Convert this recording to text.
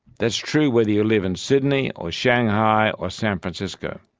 that's true whether you live in sydney or shanghai or san francisco.